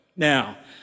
Now